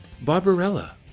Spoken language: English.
Barbarella